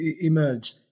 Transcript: emerged